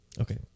Okay